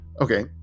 Okay